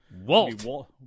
Walt